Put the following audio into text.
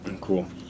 Cool